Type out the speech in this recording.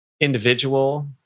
Individual